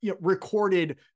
recorded